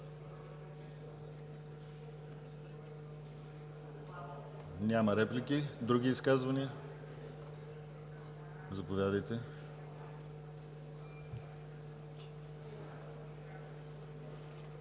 Няма реплики. Други изказвания? Заповядайте.